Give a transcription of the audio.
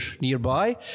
nearby